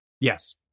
Yes